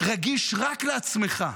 רגיש רק לעצמך?